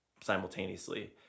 simultaneously